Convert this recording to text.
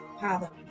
Father